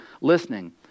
listening